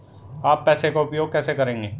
आप पैसे का उपयोग कैसे करेंगे?